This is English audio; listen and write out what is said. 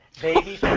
Baby